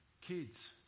kids